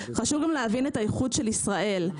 חשוב גם להבין את הייחוד של ישראל.